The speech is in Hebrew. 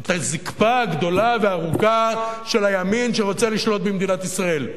את הזקפה הגדולה והארוכה של הימין שרוצה לשלוט במדינת ישראל,